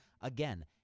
Again